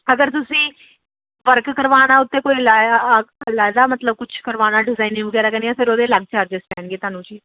ਅਗਰ ਤੁਸੀਂ ਵਰਕ ਕਰਵਾਉਣਾ ਉੱਤੇ ਕੋਈ ਲਾਇਆ ਲਾਇਦਾ ਮਤਲਬ ਕੁਝ ਕਰਵਾਉਣਾ ਡਿਜ਼ਾਇਨਿੰਗ ਵਗੈਰਾ ਕਰਨੀ ਆ ਫਿਰ ਉਹਦੇ ਅਲੱਗ ਚਾਰਜਸ ਪੈਣਗੇ ਤੁਹਾਨੂੰ ਜੀ